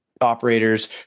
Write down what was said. operators